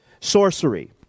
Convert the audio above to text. Sorcery